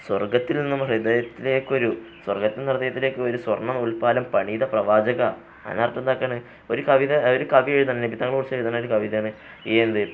സ്വർഗത്തിൽ നിന്നും ഹൃദയത്തിലേക്കൊരു സ്വർഗത്തില് നിന്നും ഹൃദയത്തിലേക്ക് ഒരു സ്വർണ്ണനൂല്പ്പാലം പണിത പ്രവാചക അതിന്റെ അര്ത്ഥമെന്താണ് ഒരു കവി എഴുതുകയാണ് നബിത്തങ്ങളെക്കുറിച്ച് എഴുതുന്ന ഒരു കവിതയാണ് ഈ എന്താണ്